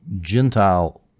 Gentile